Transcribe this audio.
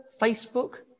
Facebook